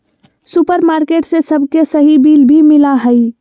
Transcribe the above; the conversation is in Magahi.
सुपरमार्केट से सबके सही बिल भी मिला हइ